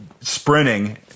sprinting